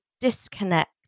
disconnect